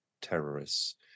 terrorists